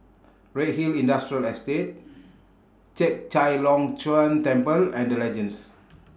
Redhill Industrial Estate Chek Chai Long Chuen Temple and The Legends